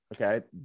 okay